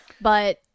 but-